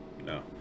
no